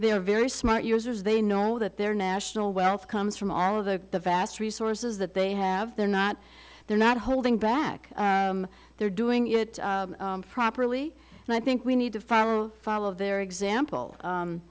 they are very smart users they know that their national wealth comes from all of the vast resources that they have they're not they're not holding back they're doing it properly and i think we need to follow follow their example